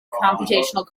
computational